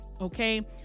okay